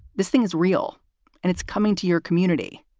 this thing is real and it's coming to your community.